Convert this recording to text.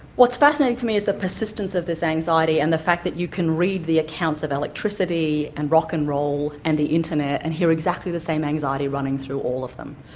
what's fascinating to me is the persistence of this anxiety and the fact that you can read the accounts of electricity and rock n roll and the internet and hear exactly the same anxiety running through all of them.